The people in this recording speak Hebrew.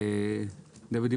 דוד,